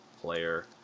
Player